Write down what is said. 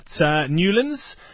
Newlands